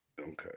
Okay